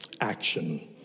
action